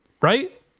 Right